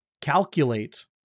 calculate